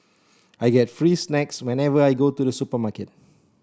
I get free snacks whenever I go to the supermarket